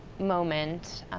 moment.